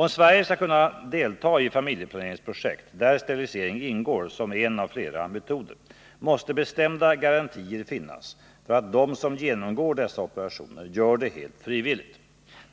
Om Sverige skall kunna delta i familjeplaneringsprojekt, där sterilisering ingår som en av flera metoder, måste bestämda garantier finnas för att de som genomgår dessa operationer gör det helt frivilligt.